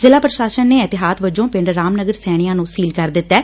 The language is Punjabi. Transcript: ਜਿਲੁਾ ਪ੍ਰਸ਼ਾਸਨ ਨੇ ਏਹਤਿਆਤ ਵਜੋ ਪਿੰਡ ਰਾਮ ਨਗਰ ਸੈਣੀਆਂ ਨੂੰ ਸੀਲ ਕਰ ਦਿੱਡੈ